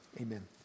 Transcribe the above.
amen